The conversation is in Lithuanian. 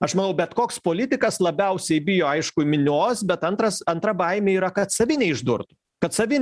aš manau bet koks politikas labiausiai bijo aišku minios bet antras antra baimė yra kad savi neišdurtų kad savi